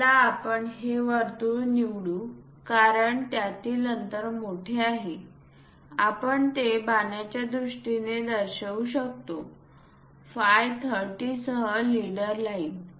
चला आपण हे वर्तुळ निवडू कारण यातील अंतर मोठे आहे आपण ते बाणाच्या दृष्टीने दर्शवू शकतो फाय 30 सह लीडर लाइन